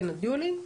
עד יולי.